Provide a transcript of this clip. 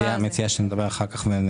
אני מציע שנדבר אחר כך.